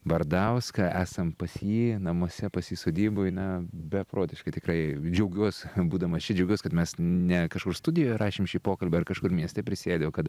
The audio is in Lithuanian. bardauską esam pas jį namuose pas jį sodyboj na beprotiškai tikrai džiaugiuos būdamas čia džiaugiuos kad mes ne kažkur studijoj įrašėm šį pokalbį ar kažkur mieste prisėdę o kad